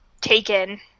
taken